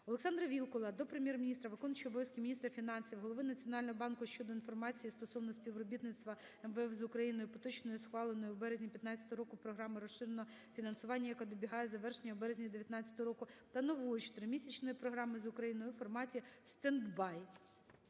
ОлександраВілкула до Прем'єр-міністра, виконувача обов'язків міністра фінансів, Голови Національного банку щодо інформації стосовно співробітництва МВФ з Україною: поточної, схваленої у березні 15-го року програми розширеного фінансування, яка добігає завершення у березні 19-го року та нової 14-місячної програми з Україною у форматіstandby.